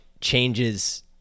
changes